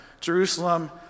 Jerusalem